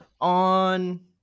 On